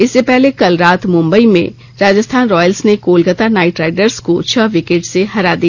इससे पहले कल रात मुंबई में राजस्थान रॉयल्स ने कोलकाता नाइटराइडर्स को छह विकेट से हरा दिया